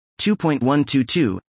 2.122